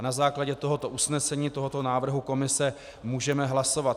Na základě usnesení tohoto návrhu komise můžeme hlasovat.